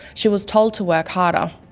she was told to work harder.